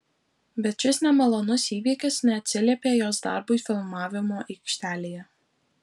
bet šis nemalonus įvykis neatsiliepė jos darbui filmavimo aikštelėje